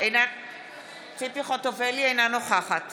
אינה נוכחת